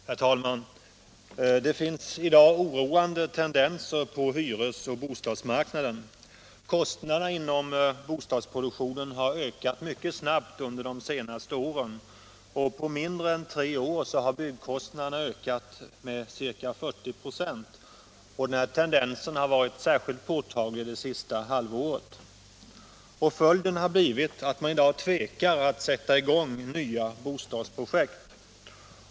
Herr talman! Det finns i dag oroande tendenser på hyresoch bostadsmarknaden. Kostnaderna inom bostadsproduktionen har ökat mycket snabbt under de senaste åren. På mindre än tre år har byggkostnaderna stigit med ca 40 96. Tendensen har varit särskilt påtaglig det senaste halvåret. Följden har blivit att man i dag tvekar att sätta i gång nya bostadsprojekt.